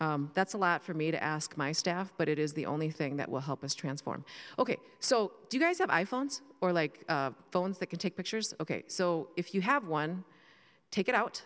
beings that's a lot for me to ask my staff but it is the only thing that will help us transform ok so do you guys have i phones or like phones that can take pictures ok so if you have one take it out